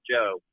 Joe